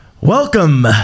Welcome